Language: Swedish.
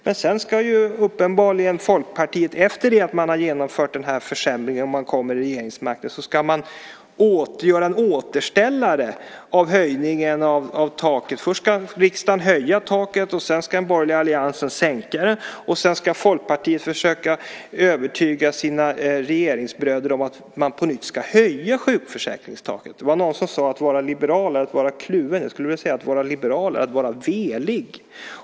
Men sedan ska uppenbarligen Folkpartiet efter det att man har genomfört denna försämring, om man kommer i regeringsställning, göra en återställare i fråga om höjningen av taket. Först ska riksdagen höja taket, och sedan ska den borgerliga alliansen sänka det. Och sedan ska Folkpartiet försöka övertyga sina regeringsbröder om att man på nytt ska höja sjukförsäkringstaket. Det var någon som sade: Att vara liberal är att vara kluven. Jag skulle vilja säga: Att vara liberal är att vara velig.